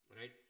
right